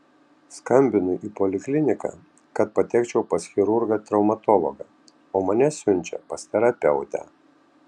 skambinu į polikliniką kad patekčiau pas chirurgą traumatologą o mane siunčia pas terapeutę